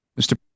Mr